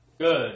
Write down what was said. good